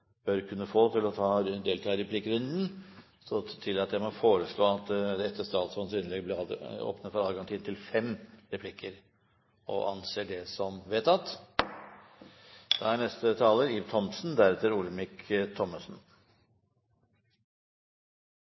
bør kunne få til å delta i replikkrunden, tillater presidenten seg å foreslå at det etter statsrådens innlegg blir åpnet for adgang til inntil fem replikker med svar – og anser det som vedtatt. Norge er